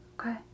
Okay